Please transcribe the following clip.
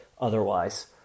otherwise